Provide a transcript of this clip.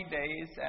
days